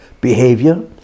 behavior